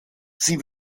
sie